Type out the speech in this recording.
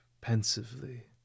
pensively